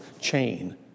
chain